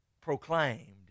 proclaimed